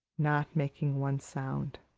not making one sound.